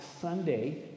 Sunday